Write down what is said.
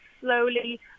slowly